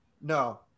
No